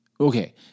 okay